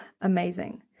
amazing